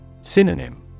Synonym